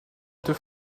deux